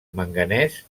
manganès